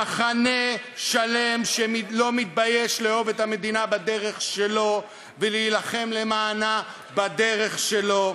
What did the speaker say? מחנה שלם שלא מתבייש לאהוב את המדינה בדרך שלו ולהילחם למענה בדרך שלו.